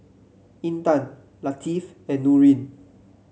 Intan Latif and Nurin